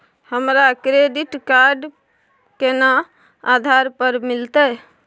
हमरा credit card केना आधार पर मिलते?